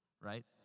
Right